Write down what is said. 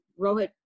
Rohit